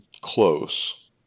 close